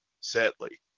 sadly